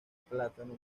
plátano